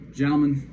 gentlemen